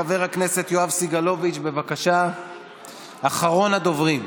חבר הכנסת יואב סגלוביץ' אחרון הדוברים,